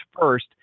first